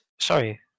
Sorry